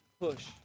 Push